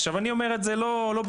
עכשיו אני אומר את זה לא בצחוק,